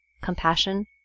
compassion